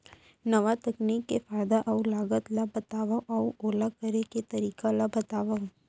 नवा तकनीक के फायदा अऊ लागत ला बतावव अऊ ओला करे के तरीका ला बतावव?